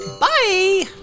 Bye